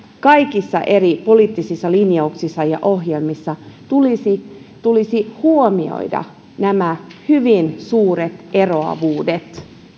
kaikissa eri poliittisissa linjauksissa ja ohjelmissa tulisi tulisi huomioida nämä hyvin suuret eroavuudet